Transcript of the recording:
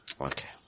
Okay